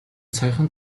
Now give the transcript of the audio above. саяхан